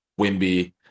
Wimby